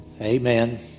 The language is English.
amen